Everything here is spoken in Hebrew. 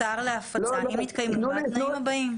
תותר להפצה אם יתקיימו בה התנאים הבאים.